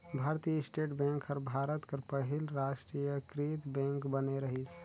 भारतीय state bank हर भारत कर पहिल रास्टीयकृत बेंक बने रहिस